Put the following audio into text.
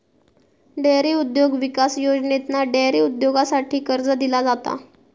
dairy उद्योग विकास योजनेतना डेअरी उद्योगासाठी कर्ज दिला जाता